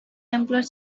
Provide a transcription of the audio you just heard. employed